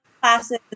classes